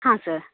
ಹಾಂ ಸರ್